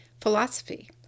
philosophy